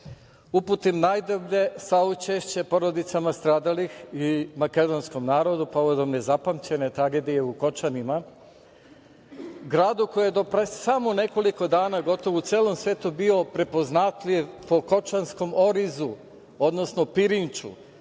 uputim najdublje saučešće porodicama stradalih i makedonskom narodu povodom nezapamćene tragedije u Kočanima, gradu koji je do pre samo nekoliko dana gotovo u celom svetu bio prepoznatljiv po kočanskom orizu, odnosno pirinču